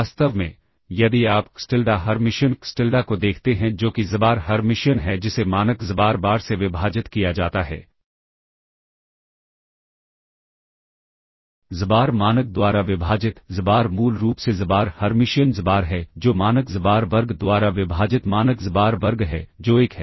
वास्तव में यदि आप xTilda हर्मिशियन xTilda को देखते हैं जो कि xbar हर्मिशियन है जिसे मानक xbar बार से विभाजित किया जाता है xbar मानक द्वारा विभाजित xbar मूल रूप से xbar हर्मिशियन xbar है जो मानक xbar वर्ग द्वारा विभाजित मानक xbar वर्ग है जो 1 है